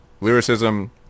Lyricism